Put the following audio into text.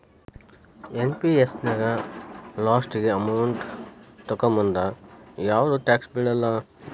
NPS ನ್ಯಾಗ ಲಾಸ್ಟಿಗಿ amount ತೊಕ್ಕೋಮುಂದ ಯಾವ್ದು ಟ್ಯಾಕ್ಸ್ ಬೇಳಲ್ಲ